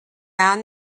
han